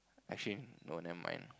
actually no never mind